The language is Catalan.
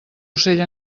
ocell